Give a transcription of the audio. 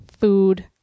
food